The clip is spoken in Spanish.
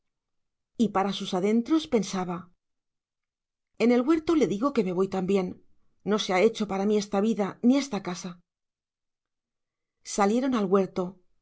y para sus adentros pensaba en el huerto le digo que me voy también no se ha hecho para mí esta vida ni esta casa salieron al huerto